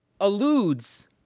alludes